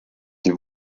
die